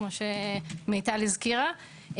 כמו שמיטל הזכירה.